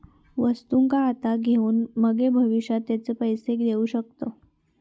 वस्तुंका आता घेऊन मगे भविष्यात तेचे पैशे देऊ शकताव